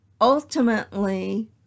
Ultimately